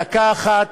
בדקה אחת,